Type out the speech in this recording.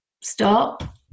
stop